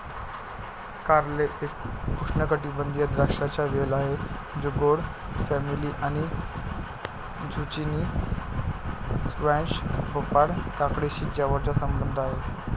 कारले एक उष्णकटिबंधीय द्राक्षांचा वेल आहे जो गोड फॅमिली आणि झुचिनी, स्क्वॅश, भोपळा, काकडीशी जवळचा संबंध आहे